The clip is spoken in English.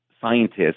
scientists